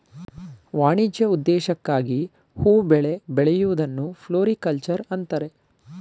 ವಾಣಿಜ್ಯ ಉದ್ದೇಶಕ್ಕಾಗಿ ಹೂ ಬೆಳೆ ಬೆಳೆಯೂದನ್ನು ಫ್ಲೋರಿಕಲ್ಚರ್ ಅಂತರೆ